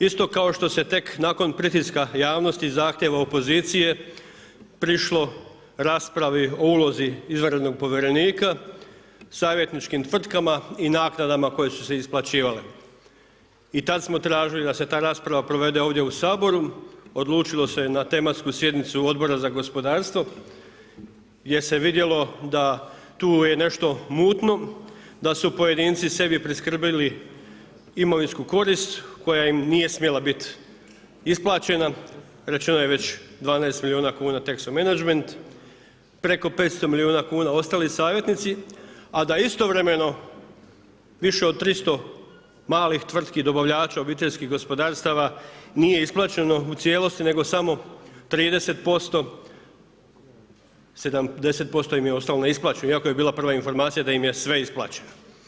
Isto kao što se tek nakon pritiska javnosti zahtjeva opozicije prišlo raspravi o ulozi izvanredno povjerenika, savjetničkim tvrtkama i naknadama koje su se isplaćivale i tada smo tražili da se ta rasprava provede ovdje u Saboru, odlučilo se na tematsku sjednicu Odbora za gospodarstvo, gdje se je vidjelo, da je tu nešto mutno, da su pojedinci sebi priskrbili imovinsku korist, koja im nije smjela biti isplaćena, rečeno je već 12 milijuna kn Texo Managment, preko 500 milijuna kuna ostali savjetnici, a da istovremeno, više od 300 malih tvrtki, dobavljača, OPG nije isplaćeno u cijelosti nego samo 30%, 70% im je ostalo neisplaćeno, iako je bila prva informacija da im je sve isplaćeno.